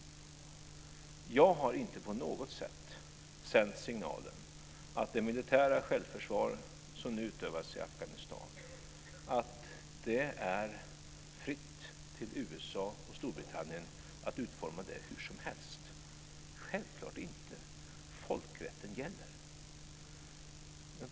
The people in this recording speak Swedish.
Jag har inte på något sätt sänt signalen att det beträffande det militära självförsvar som nu utövas i Afghanistan är fritt för USA och Storbritannien att utforma det hur som helst - självklart inte; folkrätten gäller.